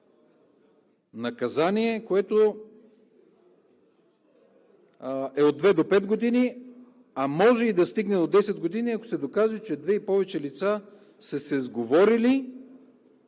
наказание, което е от 2 до 5 години, а може да стигне и до 10 години, ако се докаже, че две и повече лица са се сговорили